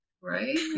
right